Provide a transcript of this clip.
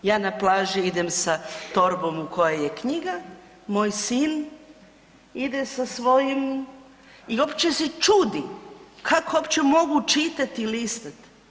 Ja na plažu idem sa torbom u kojoj je knjiga, moj sin ide sa svojim i uopće se čudi kako uopće mogu čitati i listati.